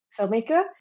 filmmaker